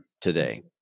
today